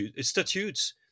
statutes